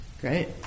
great